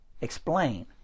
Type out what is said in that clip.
explain